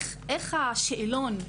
את השאלון.